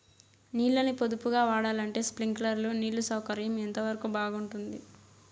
నీళ్ళ ని పొదుపుగా వాడాలంటే స్ప్రింక్లర్లు నీళ్లు సౌకర్యం ఎంతవరకు బాగుంటుంది?